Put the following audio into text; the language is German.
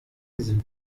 sind